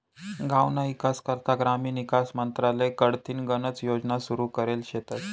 गावना ईकास करता ग्रामीण ईकास मंत्रालय कडथीन गनच योजना सुरू करेल शेतस